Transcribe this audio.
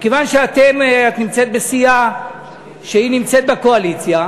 מכיוון שאת נמצאת בסיעה שנמצאת בקואליציה,